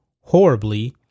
horribly